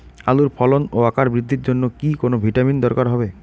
আলুর ফলন ও আকার বৃদ্ধির জন্য কি কোনো ভিটামিন দরকার হবে?